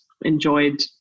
enjoyed